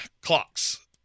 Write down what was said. Clocks